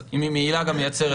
אז היא ממילא מייצרת